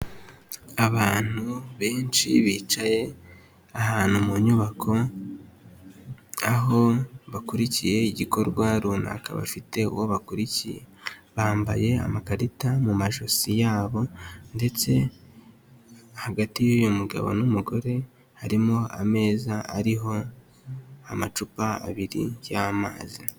Abantu benshi bicaye ahantu mu nyubako, aho bakurikiye igikorwa runaka bafite uwo bakurikiye, bambaye amakarita mu majosi yabo ndetse hagati y'uyu mugabo n'umugore, harimo ameza ariho amacupa abiri y'amazi.